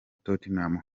tottenham